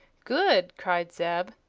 good! cried zeb.